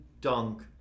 dunk